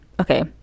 okay